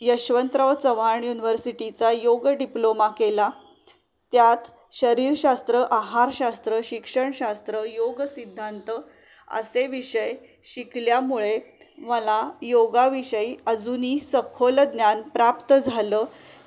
यशवंतराव चव्हाण युनिव्हर्सिटीचा योग डिप्लोमा केला त्यात शरीरशास्त्र आहारशास्त्र शिक्षणशास्त्र योग सिद्धांत असे विषय शिकल्यामुळे मला योगाविषयी अजूनही सखोल ज्ञान प्राप्त झालं